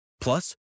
Plus